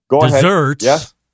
desserts